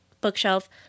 bookshelf